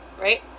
right